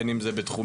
בין אם זה בתעסוקה,